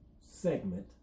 segment